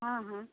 हँ हँ